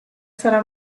sarà